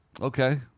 Okay